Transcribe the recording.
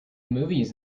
movies